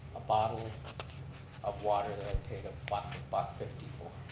a bottle of water that i paid a buck buck fifty for